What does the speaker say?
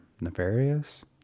nefarious